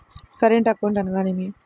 Current account అనగా ఏమిటి?